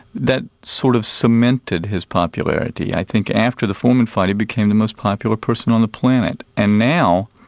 that sort of cemented his popularity. i think after the foreman fight he became the most popular person on the planet. and now,